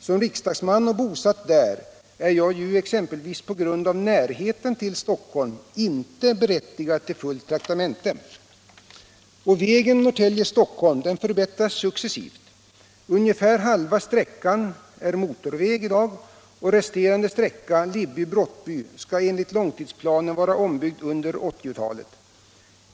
Som riksdagsman och bosatt där är jag ju exempelvis på grund av närheten till Stockholm inte berättigad till fullt traktamente. Och vägen Norrtälje-Stockholm förbättras successivt. Ungefär halva sträckan är i dag motorväg, och resterande sträcka Libby-Brottby skall enligt långtidsplanen vara ombyggd under 1980-talet.